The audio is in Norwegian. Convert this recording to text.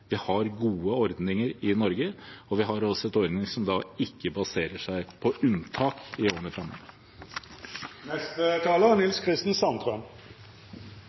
Vi har gode ordninger i Norge, og vi har ordninger som ikke baserer seg på unntak i årene framover. Takk til interpellanten og representanten for å ta opp denne saken, som helt klart er